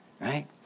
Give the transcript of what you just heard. Right